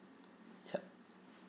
yeah